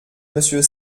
monsieur